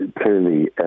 clearly